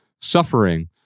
Suffering